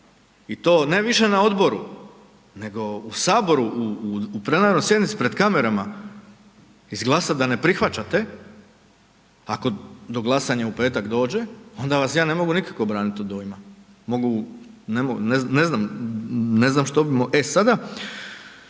i to ne više na odboru nego u Saboru u plenarnoj sjednici pred kamerama, izglasat da ne prihvaćate, ako do glasanja u petak dođe, ona vas ja ne mogu nikako branit od dojma, ne znam što bi. E sada